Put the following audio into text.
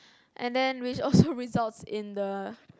and then which also results in the